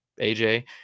AJ